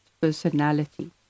personality